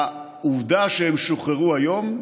העובדה שהם שוחררו היום,